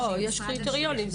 יש קריטריונים.